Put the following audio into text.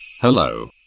hello